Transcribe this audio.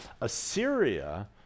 Assyria